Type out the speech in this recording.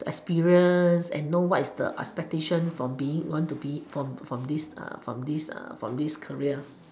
to experience and know what's the expectation for being what want to be from this from this from this career